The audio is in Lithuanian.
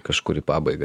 kažkur į pabaigą